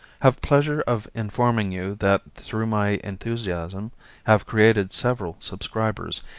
have pleasure of informing you that through my enthusiasm have created several subscribers,